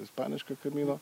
ispanišką kamino